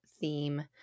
theme